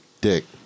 dick